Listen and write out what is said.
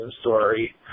story